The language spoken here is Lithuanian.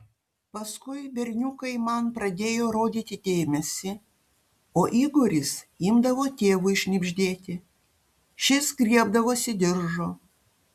paskui berniukai man pradėjo rodyti dėmesį o igoris imdavo tėvui šnibždėti šis griebdavosi diržo